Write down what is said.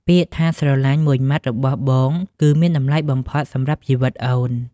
ពាក្យថា "ស្រឡាញ់" មួយម៉ាត់របស់បង គឺមានតម្លៃបំផុតសម្រាប់ជីវិតអូន។